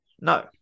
no